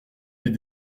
les